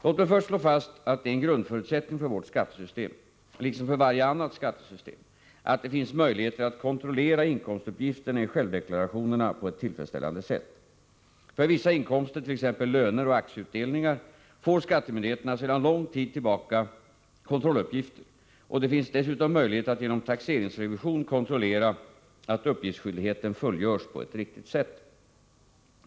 Låt mig först slå fast att det är en grundförutsättning för vårt skattesystem — liksom för varje annat skattesystem — att det finns möjligheter att kontrollera inkomstuppgifterna i självdeklarationerna på ett tillfredsställande sätt. För vissa inkomster, t.ex. löner och aktieutdelningar, får skattemyndigheterna sedan lång tid tillbaka kontrolluppgifter, och det finns dessutom möjlighet att genom taxeringsrevision kontrollera att uppgiftsskyldigheten fullgörs på ett riktigt sätt.